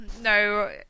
No